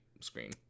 screen